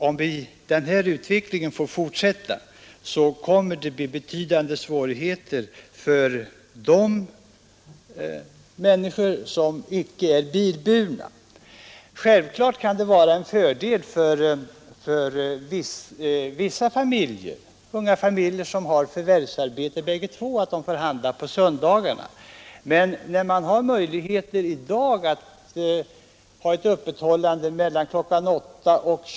Om den här utvecklingen får fortsätta kommer det att uppstå betydande svårigheter för de människor som inte är bilburna, Självfallet kan det vara en fördel för vissa familjer — unga familjer där bägge makarna har förvärvsarbete — att få handla på söndagarna. Det finns möjligheter att ha öppet varje dag mellan kl. 8 och kl.